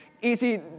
easy